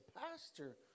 pastor